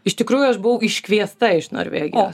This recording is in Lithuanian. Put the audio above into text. iš tikrųjų aš buvau iškviesta iš norvegijos